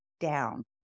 down